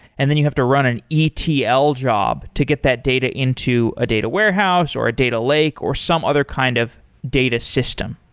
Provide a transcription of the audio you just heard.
and then you have to run an etl job to get that data into a data warehouse, or a data lake, or some other kind of data system.